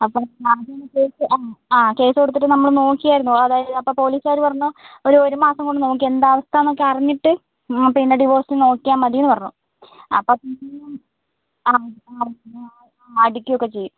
അപ്പോൾ ഞാനും ഉദ്ദേശിച്ച് ആ ആ കേസ് കൊടുത്തിട്ട് നമ്മൾ നോക്കിയായിരുന്നു അതായത് അപ്പോൾ പോലീസുകാർ പറഞ്ഞു ഒരു ഒരു മാസം കൊണ്ട് നോക്കി നമുക്കെന്താണ് അവസ്ഥാന്നൊക്കേ അറിഞ്ഞിട്ട് ആ പിന്നേ ഡിവോഴ്സ് നോക്കിയാൽ മതീന്ന് പറഞ്ഞു അപ്പോഴത്തേക്കും അടിക്കുവൊക്കേ ചെയ്യും